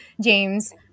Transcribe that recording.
James